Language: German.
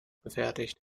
gefertigt